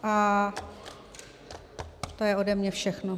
A to je ode mě všechno.